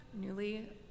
newly